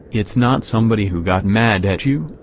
it's not somebody who got mad at you,